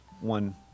one